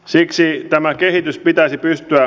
siksi tämä kehitys pitäisi pystyä